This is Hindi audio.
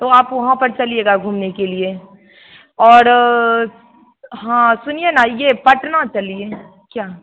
तो आप वहाँ पर चलिएगा घूमने के लिए और हाँ सुनिए ना यह पटना चलिए क्या